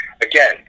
again